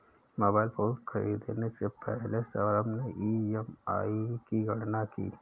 mobile phone खरीदने से पहले सौरभ ने ई.एम.आई की गणना की